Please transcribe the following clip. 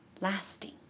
lasting